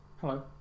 Hello